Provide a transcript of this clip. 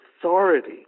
authority